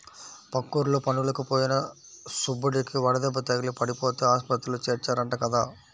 పక్కూర్లో పనులకి పోయిన సుబ్బడికి వడదెబ్బ తగిలి పడిపోతే ఆస్పత్రిలో చేర్చారంట కదా